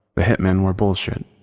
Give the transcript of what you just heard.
the hitmen were bullshit.